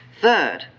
Third